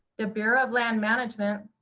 the bureau of land management,